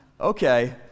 Okay